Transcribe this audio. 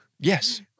Yes